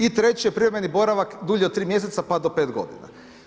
I treće privremeni boravak dulji od 3 mjeseca pa do 5 godina.